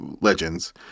legends